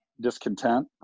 discontent